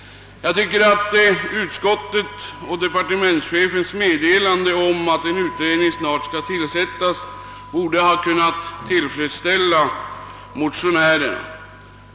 Jag tycker att utskottets och departementschefens meddelande, att en utredning snart skall tillsättas, borde ha kunnat = tillfredsställa motionärerna.